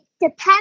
depends